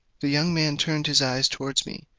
the young man turned his eyes towards me,